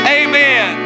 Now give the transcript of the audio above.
amen